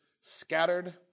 scattered